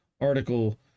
article